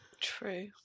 True